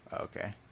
Okay